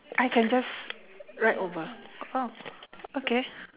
I can just write orh okay